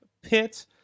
Pit